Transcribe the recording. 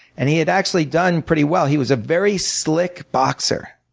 and he had actually done pretty well. he was a very slick boxer.